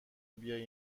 بیایی